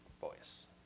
voice